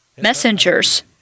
messengers